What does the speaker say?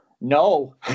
No